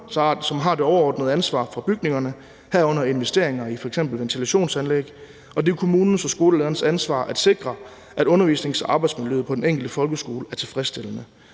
som har det overordnede ansvar for bygningerne, herunder investeringer i f.eks. ventilationsanlæg, og det er kommunens og skolelederens ansvar at sikre, at undervisnings- og arbejdsmiljøet på den enkelte folkeskole er tilfredsstillende.